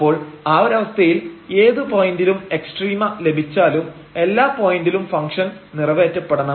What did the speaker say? അപ്പോൾ ആ ഒരവസ്ഥയിൽ ഏത് പോയന്റിലും എക്സ്ട്രീമ ലഭിച്ചാലും എല്ലാ പോയന്റിലും ഫംഗ്ഷൻ നിറവേറ്റപ്പെടണം